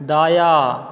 दायाँ